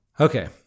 Okay